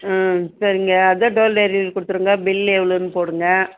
ம் சரிங்க அதான் டோர் டெலிவரி கொடுத்துருங்க பில்லு எவ்வளோன்னு போடுங்கள்